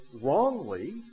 wrongly